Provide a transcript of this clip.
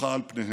טפחה על פניהם.